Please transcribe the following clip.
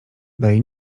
daje